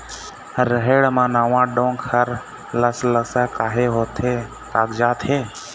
रहेड़ म नावा डोंक हर लसलसा काहे होथे कागजात हे?